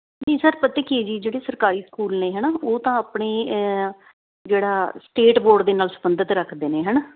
ਨੀ ਸਰ ਪਤਾ ਕੀ ਜੀ ਜਿਹੜੀ ਸਰਕਾਰੀ ਸਕੂਲ ਨੇ ਹਨਾ ਉਹ ਤਾਂ ਆਪਣੇ ਜਿਹੜਾ ਸਟੇਟ ਬੋਰਡ ਦੇ ਨਾਲ ਸੰਬੰਧਿਤ ਰੱਖਦੇ ਨੇ ਹਨਾ